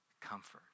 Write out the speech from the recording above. comfort